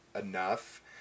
enough